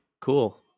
Cool